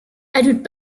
edward